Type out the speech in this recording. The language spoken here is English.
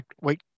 Wait